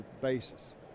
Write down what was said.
basis